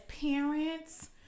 parents